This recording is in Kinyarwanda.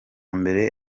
mbere